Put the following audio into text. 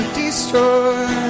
destroy